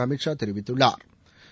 அமித் ஷா தெரிவித்துள்ளாா்